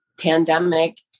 pandemic